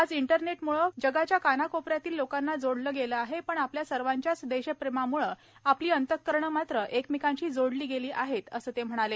आज इंटरनेटमुळे जगाच्या कानाकोपर्यादतील लोकांना जोडले आहे पण आपल्या सर्वाच्याच देशप्रेमाम्ळे आपली अंतःकरणं मात्र एकमेकांशी जोडली गेली आहेत असं ते म्हणाले